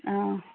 অ